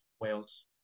Wales